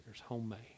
homemade